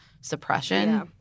suppression